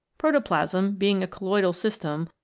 protoplasm, being a colloidal system,